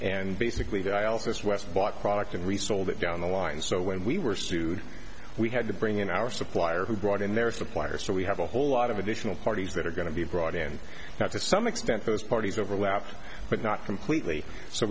and basically dialysis west bought product and resold it down the line so when we were sued we had to bring in our supplier who brought in their suppliers so we have a whole lot of additional parties that are going to be brought in now to some extent those parties overlap but not completely so